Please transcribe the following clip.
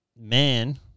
man